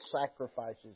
sacrifices